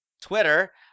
Twitter